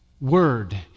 word